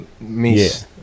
miss